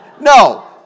No